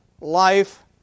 life